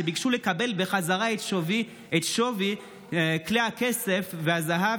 שביקשו לקבל בחזרה את שווי כלי הכסף והזהב